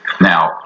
Now